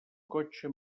cotxe